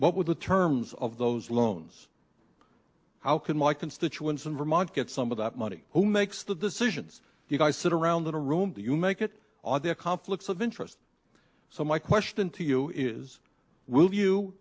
would the terms of those loans how can my constituents in vermont get some of that money who makes the decisions you guys sit around in a room do you make it on their conflicts of interest so my question to you is will you